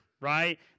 right